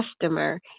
customer